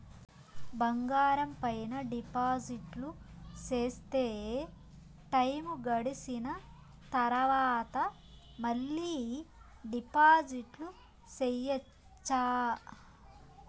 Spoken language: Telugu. బంగారం పైన డిపాజిట్లు సేస్తే, టైము గడిసిన తరవాత, మళ్ళీ డిపాజిట్లు సెయొచ్చా?